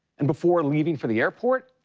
and before leaving for the airport,